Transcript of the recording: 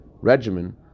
regimen